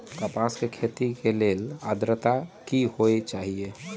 कपास के खेती के लेल अद्रता की होए के चहिऐई?